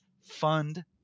fund